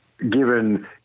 given